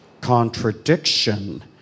contradiction